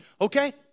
okay